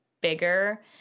bigger